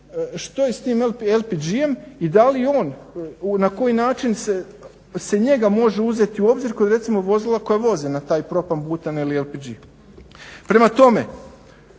što je s tim LPG-em i da li on na koji način se njega može uzeti u obzir kao recimo vozila koja voze na taj propan-butan ili LPG. Prema tome,